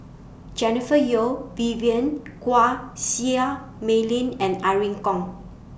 Jennifer Yeo Vivien Quahe Seah Mei Lin and Irene Khong